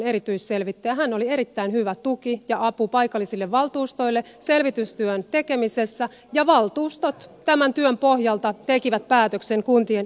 hän oli erittäin hyvä tuki ja apu paikallisille valtuustoille selvitystyön tekemisessä ja valtuustot tämän työn pohjalta tekivät päätöksen kuntien yhdistymisestä